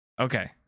Okay